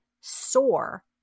soar